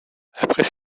après